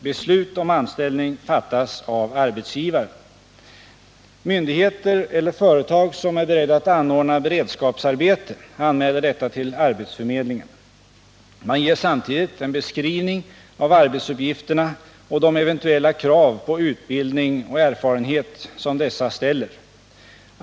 Beslut om anställning fattas av arbetsgivaren. Myndigheter eller företag som är beredda att anordna beredskapsarbete anmäler detta till arbetsförmedlingen. Man ger samtidigt en beskrivning av arbetsuppgifterna och de eventuella krav på utbildning och erfarenhet som dessa ställer.